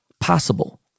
possible